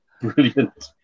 brilliant